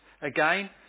again